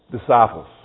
disciples